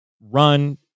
run